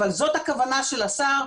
אבל זאת הכוונה של השר,